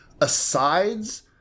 asides